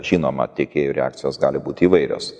žinoma tiekėjų reakcijos gali būti įvairios